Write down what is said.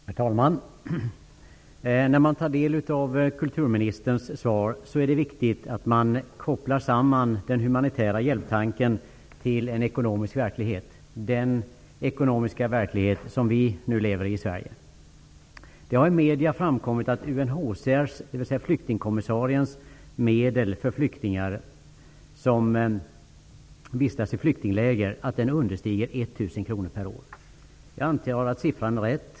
Herr talman! När man tar del av kulturministerns svar är det viktigt att man kopplar samman tanken på humanitär hjälp med en ekonomisk verklighet -- den ekonomiska verklighet som vi i Sverige nu lever i. Det har i medierna framkommit att UNHCR:s, dvs. flyktingkommissariens, medel för flyktingar som vistas i flyktingläger understiger 1 000 kr per år. Jag antar att siffran är riktig.